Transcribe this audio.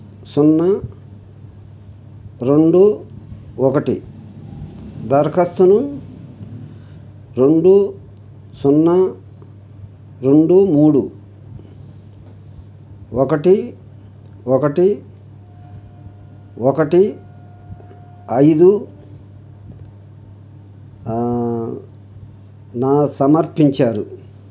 సున్నా రెండు ఒకటి దరఖాస్తును రెండు సున్నా రెండు మూడు ఒకటి ఒకటి ఒకటి ఐదున సమర్పించారు